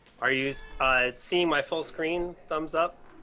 are used i'd seen my full screen. thumbs up.